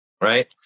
Right